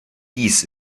dies